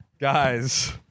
Guys